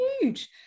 huge